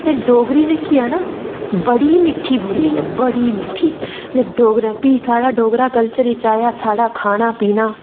ते डोगरी जेह्की ऐ ना बड़ी मिट्ठी बोल्ली ऐ बड़ी मिट्ठी ते डोगरे फ्ही साढ़ा डोगरा कल्चर च आया साढ़ा खाना पीना